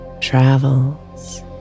travels